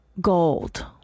gold